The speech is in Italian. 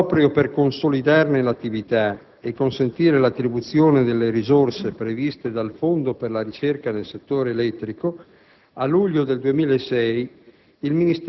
Proprio per consolidarne l'attività e consentire l'attribuzione delle risorse previste dal Fondo per la ricerca nel settore elettrico, a luglio del 2006